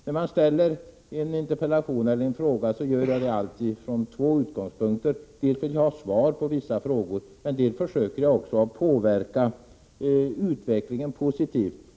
När jag framställer en interpellation eller en fråga, gör jag det alltid med två utgångspunkter: dels vill jag ha svar på vissa frågor, dels försöker jag påverka utvecklingen positivt.